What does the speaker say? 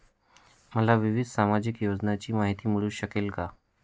मला विविध सामाजिक योजनांची माहिती मिळू शकेल का?